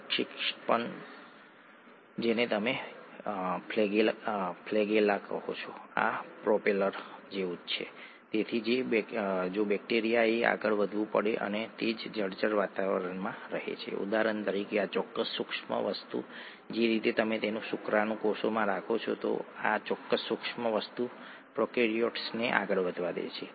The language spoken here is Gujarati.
કૃપા કરીને થોડો વિચાર મેળવવા માટે આ વિડિઓ પર એક નજર નાખો તે થોડો લાંબો અને જૂનો વિડિઓ છે પરંતુ મને લાગે છે કે તે એક સરસ વિડિઓ છે જે પ્રારંભિક તમામ આવશ્યક પાસાઓને સ્પર્શે છે તે બધાને મળે છે કૃપા કરીને તેના પર એક નજર નાખો તે લગભગ 9 મિનિટ લાંબી છે